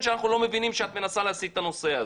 שאנחנו לא מבינים שאת מנסה להסיט את הנושא הזה.